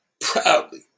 Proudly